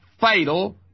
fatal